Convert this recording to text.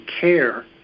care